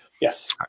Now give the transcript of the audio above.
yes